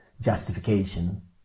justification